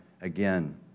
again